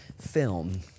film